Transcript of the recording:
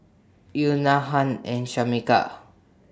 Euna Hunt and Shameka